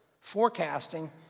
forecasting